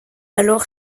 alors